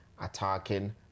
attacking